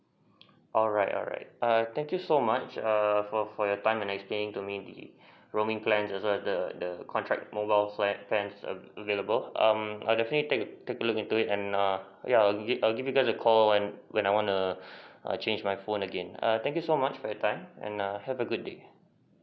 alright alright err thank you so much err for for your time and explain to me the roaming plan as well as the the contract mobile pla~ plans av~ available um I'll definitely take take a look into it and err yeah I'll give I'll give you back a call when when I wanna change my phone again err thank you so much for your time and err have a good day